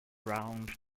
round